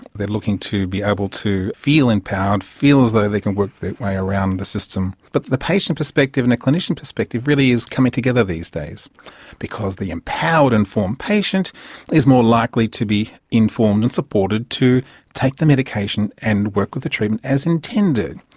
they're looking to be able to feel empowered, feel as though they can work their way around the system. but the the patient perspective and the clinician perspective really is coming together these days because the empowered informed patient is more likely to be informed and supported to take the medication and work with the treatment as intended,